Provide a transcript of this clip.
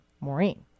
Maureen